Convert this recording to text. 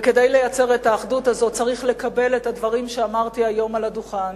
וכדי לייצר את האחדות הזאת צריך לקבל את הדברים שאמרתי היום על הדוכן.